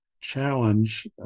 challenge